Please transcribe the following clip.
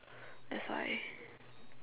that's why